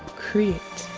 create.